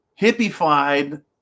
hippified